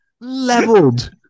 leveled